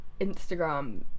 Instagram